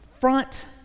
front